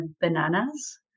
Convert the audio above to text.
Bananas